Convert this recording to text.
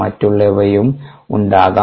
മറ്റുള്ളവയും ഉണ്ടാകാം